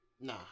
nah